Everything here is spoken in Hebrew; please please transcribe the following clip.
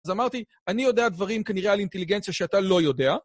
אז אמרתי, אני יודע דברים כנראה על אינטליגנציה שאתה לא יודע.